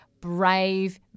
brave